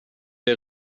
der